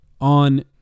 on